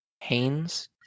Haynes